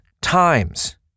times